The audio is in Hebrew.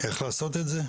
איך לעשות את זה?